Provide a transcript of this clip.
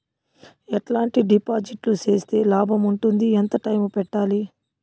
ఎట్లాంటి డిపాజిట్లు సేస్తే లాభం ఉంటుంది? ఎంత టైము పెట్టాలి?